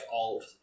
old